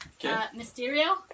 Mysterio